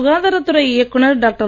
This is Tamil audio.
சுகாதாரத் துறை இயக்குனர் டாக்டர்